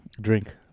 Drink